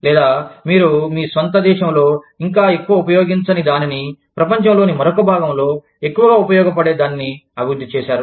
లేదా మీరు మీ స్వంత దేశంలో ఇంకా ఎక్కువ ఉపయోగించని దానిని ప్రపంచంలోని మరొక భాగంలో ఎక్కువగా ఉపయోగ పడే దానిని అభివృద్ధి చేసారు